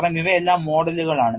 കാരണം ഇവയെല്ലാം മോഡലുകളാണ്